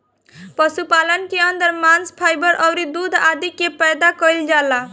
पशुपालन के अंदर मांस, फाइबर अउरी दूध आदि के पैदा कईल जाला